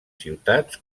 ciutats